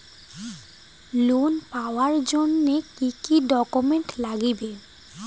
Loan পাওয়ার জন্যে কি কি ডকুমেন্ট লাগবে?